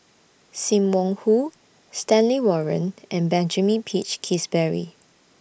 SIM Wong Hoo Stanley Warren and Benjamin Peach Keasberry